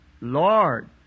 Lord